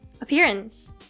appearance